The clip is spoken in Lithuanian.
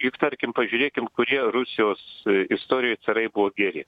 juk tarkim pažiūrėkim kurie rusijos istorijoj carai buvo geri